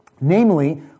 Namely